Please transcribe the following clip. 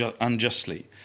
unjustly